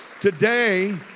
Today